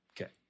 okay